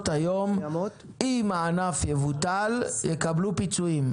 היום אם הענף יבוטל יקבלו פיצויים.